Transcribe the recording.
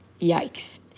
Yikes